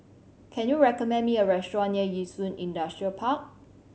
can you recommend me a restaurant near Yishun Industrial Park